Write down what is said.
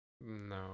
No